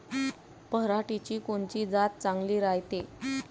पऱ्हाटीची कोनची जात चांगली रायते?